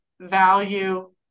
value